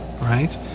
right